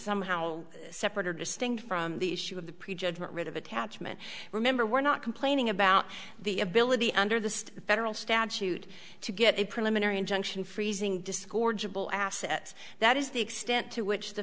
somehow separate or distinct from the issue of the prejudgment rid of attachment remember we're not complaining about the ability under the federal statute to get a preliminary injunction freezing dischord jubal assets that is the extent to which the